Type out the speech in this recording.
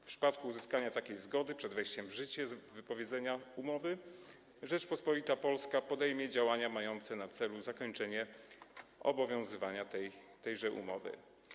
W przypadku uzyskania takiej zgody przed wejściem w życie wypowiedzenia umowy Rzeczpospolita Polska podejmie działania mające na celu zakończenie obowiązywania tejże umowy.